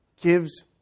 gives